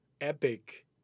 Epic